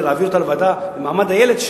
אלא להעביר אותה לוועדה לזכויות הילד,